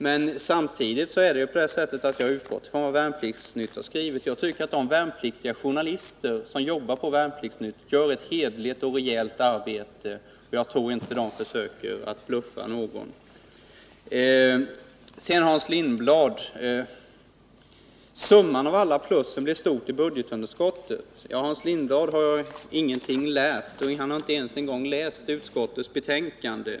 Men i det här fallet har jag utgått från vad Värnpliktsnytt har skrivit. Jag tycker att de värnpliktiga journalister som jobbar på Värnpliktsnytt gör ett hederligt och rejält arbete. Jag tror inte de försöker bluffa någon. Summan av alla plus blir stor i budgetunderskottet, säger Hans Lindblad. Då har han ingenting lärt, han har inte ens läst utskottsbetänkandet.